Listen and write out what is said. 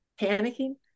panicking